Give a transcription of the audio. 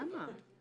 למה?